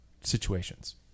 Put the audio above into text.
situations